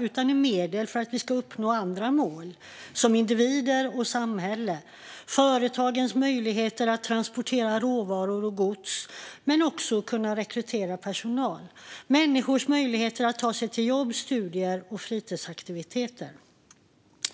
utan är medel för att vi ska uppnå andra mål som individer och samhälle. Det handlar om företagens möjligheter att transportera råvaror och gods och rekrytera personal. Det handlar också om människors möjligheter att ta sig till jobb, studier och fritidsaktiviteter.